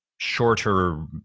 shorter